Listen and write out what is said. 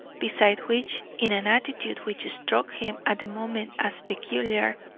beside which, in an attitude which struck him at the moment as peculiar,